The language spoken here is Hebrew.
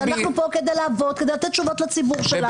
אנחנו כאן כדי לעבוד, כדי לתת תשובות לציבור שלנו.